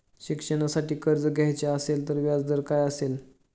शिक्षणासाठी कर्ज घ्यायचे असेल तर व्याजदर काय असेल?